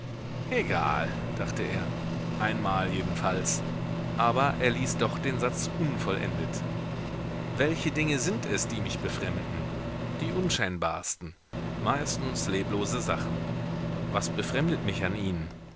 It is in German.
egal dachte er einmal jedenfalls aber er ließ doch den satz unvollendet welche dinge sind es die mich befremden die unscheinbarsten meistens leblose sachen was befremdet mich an ihnen